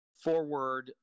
forward